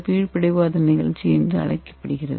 வீழ்படிவாதல் நிகழ்ச்சி என்று அழைக்கப்படுகிறது